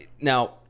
Now